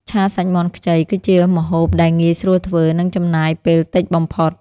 ឆាសាច់មាន់ខ្ញី គឺជាម្ហូបដែលងាយស្រួលធ្វើ និងចំណាយពេលតិចបំផុត។